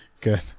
good